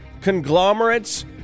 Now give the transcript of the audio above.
conglomerates